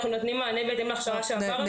אנחנו נותנים מענה לשאלות בהתאם להכשרה שעברנו.